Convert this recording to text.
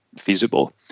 feasible